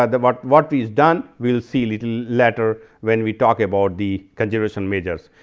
ah the what what is done will see little later when we talk about the conservation measures.